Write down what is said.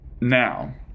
Now